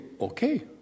Okay